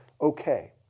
okay